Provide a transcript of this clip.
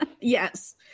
Yes